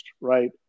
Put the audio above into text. right